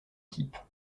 type